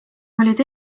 olid